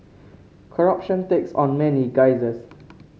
corruption takes on many guises